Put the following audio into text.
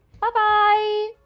Bye-bye